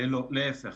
לא, להיפך.